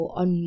on